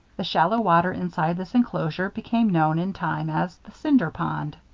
the shallow water inside this inclosure became known, in time, as the cinder pond.